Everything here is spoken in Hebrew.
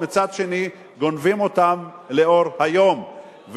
מצד שני גונבים אותם לאור היום.